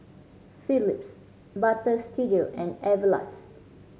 Phillips Butter Studio and Everlast